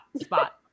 spot